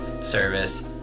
service